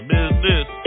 Business